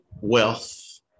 wealth